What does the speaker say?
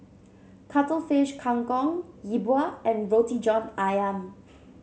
Cuttlefish Kang Kong Yi Bua and Roti John ayam